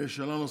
שאלה נוספת,